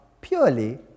purely